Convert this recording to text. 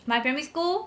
my primary school